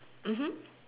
mmhmm